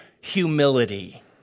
humility